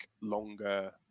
longer